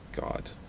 God